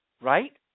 right